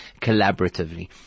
collaboratively